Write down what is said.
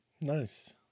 Nice